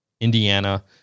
Indiana